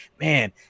man